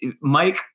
Mike